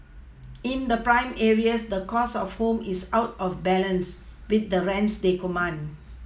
in the prime areas the cost of homes is out of balance with the rents they command